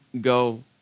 go